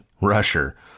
rusher